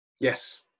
Yes